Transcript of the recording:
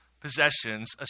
possessions